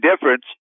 difference